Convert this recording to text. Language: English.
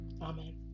Amen